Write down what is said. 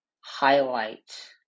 highlight